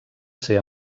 ser